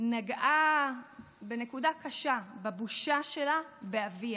נגעה בנקודה קשה: בבושה שלה באביה.